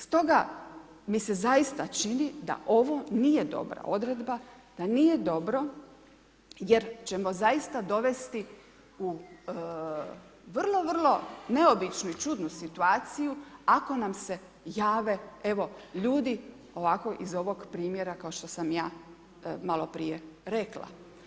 Stoga, mi se zaista čini da ovo nije dobra odredba, da nije dobro, jer ćemo zaista dovesti u vrlo vrlo neobičnu i čudnu situaciju ako nam se jave, evo ljudi ovako iz ovog primjera kao što sam ja maloprije rekla.